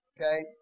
Okay